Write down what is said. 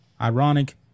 ironic